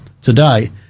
today